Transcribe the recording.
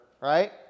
right